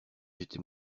j’étais